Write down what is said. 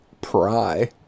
pry